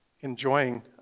enjoying